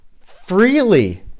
freely